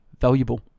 valuable